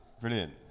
Brilliant